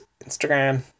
Instagram